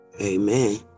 Amen